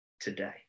today